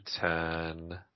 ten